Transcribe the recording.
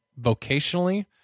vocationally